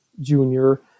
Junior